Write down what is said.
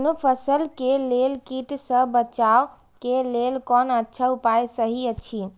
कोनो फसल के लेल कीट सँ बचाव के लेल कोन अच्छा उपाय सहि अछि?